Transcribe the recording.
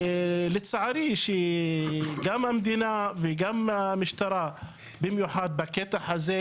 ולצערי, גם המדינה וגם המשטרה, במיוחד בקטע הזה,